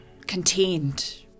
contained